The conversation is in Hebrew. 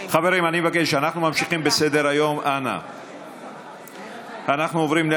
ממשרד האוצר למשרד הפנים אלא על זה